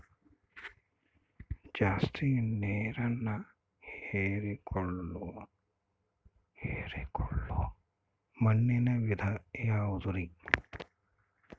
ಜಾಸ್ತಿ ನೇರನ್ನ ಹೇರಿಕೊಳ್ಳೊ ಮಣ್ಣಿನ ವಿಧ ಯಾವುದುರಿ?